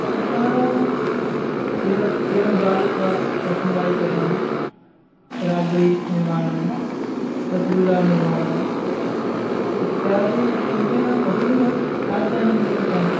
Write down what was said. अतः क्षीरं क्षीरं ज्वालित्वा रसमलायिकरणं राब्रि निर्माणं रसगुल्लानिर्माणम् इत्यादिरूपेण बहुविधखाद्यानि निर्मितानि